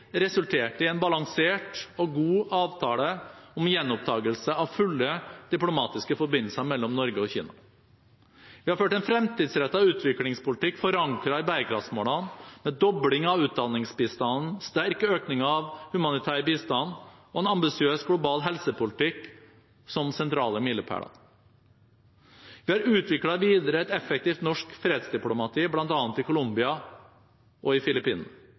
resulterte i en balansert og god avtale om gjenopptakelse av fulle diplomatiske forbindelser mellom Norge og Kina. Vi har ført en fremtidsrettet utviklingspolitikk forankret i bærekraftsmålene, med dobling av utdanningsbistanden, sterk økning av humanitær bistand og en ambisiøs global helsepolitikk som sentrale milepæler. Vi har utviklet videre et effektivt norsk fredsdiplomati, bl.a. i Colombia og i Filippinene,